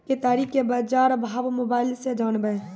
केताड़ी के बाजार भाव मोबाइल से जानवे?